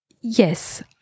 yes